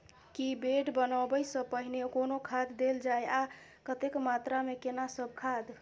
की bed बनबै सॅ पहिने कोनो खाद देल जाय आ कतेक मात्रा मे केना सब खाद?